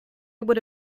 would